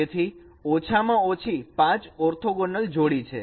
તેથી ઓછામાં ઓછી 5 ઓર્થોગોનલ જોડી છે